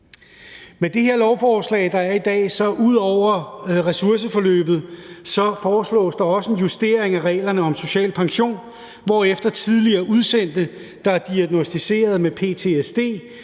Med det her lovforslag, vi behandler i dag, foreslås der ud over ressourceforløbet også en justering af reglerne om social pension, hvorefter tidligere udsendte, der er diagnosticeret med ptsd